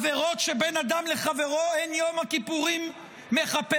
על עבירות שבין אדם לחברו אין יום הכיפורים מכפר,